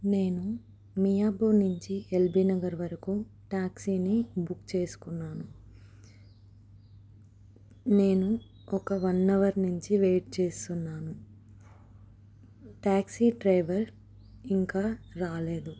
నేను మియాపూర్ నుంచి ఎల్బి నగర్ వరకు ట్యాక్సీని బుక్ చేసుకున్నాను నేను ఒక వన్ అవర్ నుంచి వెయిట్ చేస్తున్నాను ట్యాక్సీ డ్రైవర్ ఇంకా రాలేదు